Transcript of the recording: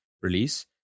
release